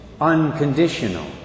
Unconditional